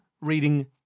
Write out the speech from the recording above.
reading